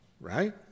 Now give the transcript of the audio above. right